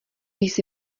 jsi